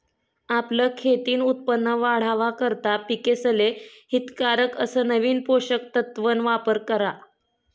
आपलं खेतीन उत्पन वाढावा करता पिकेसले हितकारक अस नवीन पोषक तत्वन वापर करा